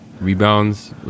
rebounds